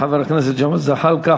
חבר הכנסת ג'מאל זחאלקה,